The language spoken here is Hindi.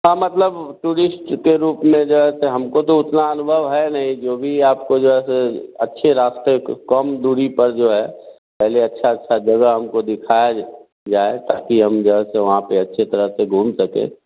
हाँ मतलब टूरिस्ट के रूप में जो है से ते हमको तो उतना अनुभव है नहीं जो भी आपको जैसे अच्छे रास्ते क कम दूरी पर जो है पहले अच्छा अच्छा जगह हमको दिखाया जा जाए ताकि हम जगह से वहाँ पर अच्छी तरह से घूम सकें